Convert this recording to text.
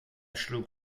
schlug